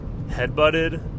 headbutted